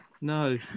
No